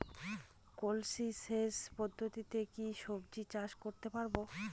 কলসি সেচ পদ্ধতিতে কি সবজি চাষ করতে পারব?